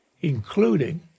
including